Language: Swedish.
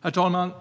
Herr talman!